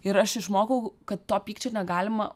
ir aš išmokau kad to pykčio negalima